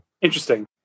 interesting